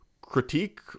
critique